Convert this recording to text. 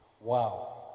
Wow